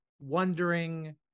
wondering